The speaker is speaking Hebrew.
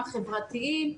החברתיים.